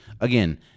Again